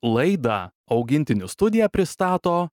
laidą augintinių studija pristato